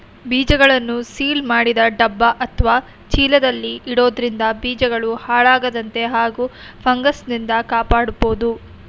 ಬೀಜಗಳನ್ನು ಸೀಲ್ ಮಾಡಿದ ಡಬ್ಬ ಅತ್ವ ಚೀಲದಲ್ಲಿ ಇಡೋದ್ರಿಂದ ಬೀಜಗಳು ಹಾಳಾಗದಂತೆ ಹಾಗೂ ಫಂಗಸ್ನಿಂದ ಕಾಪಾಡ್ಬೋದು